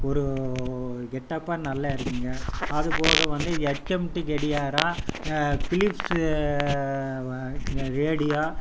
ஒரு கெட்டப்பாக நல்லா இருக்குங்க அதுபோக வந்து எச்எம்டி கடிகாரம் பிலிப்ஸ் வ ரேடியோ